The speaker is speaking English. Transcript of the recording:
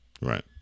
Right